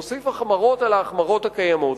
מוסיף החמרות על ההחמרות הקיימות?